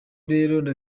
rero